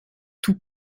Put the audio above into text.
tout